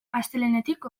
astelehenetik